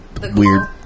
weird